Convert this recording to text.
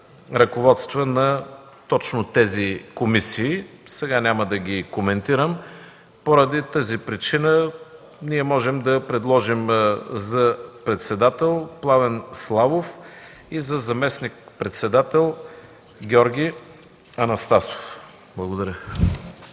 точно на тези комисии. Сега няма да ги коментирам. Поради тази причина ние можем да предложим за председател Пламен Славов и за заместник-председател Георги Анастасов. Благодаря.